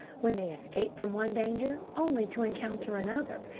when they escape from one danger only to encounter another,